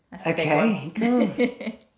okay